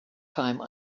time